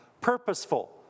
purposeful